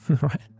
right